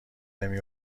نمی